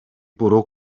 bwrw